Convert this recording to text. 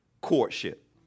courtship